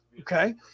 okay